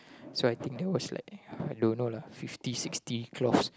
so I think that was like I don't know lah fifty sixty cloths